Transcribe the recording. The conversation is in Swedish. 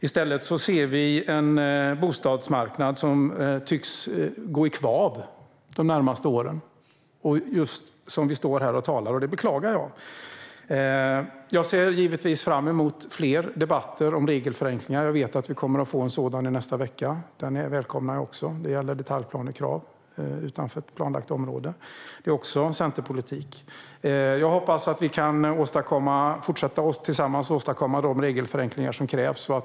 I stället ser vi en bostadsmarknad som tycks gå i kvav de närmaste åren, just som vi står här och talar, och det beklagar jag. Jag ser givetvis fram emot fler debatter om regelförenklingar och vet att vi kommer att få en sådan i nästa vecka. Den välkomnar jag också. Den gäller krav på detaljplan utanför planlagt område. Det är också centerpolitik. Jag hoppas att vi tillsammans kan fortsätta att åstadkomma de regelförenklingar som krävs.